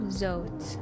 zot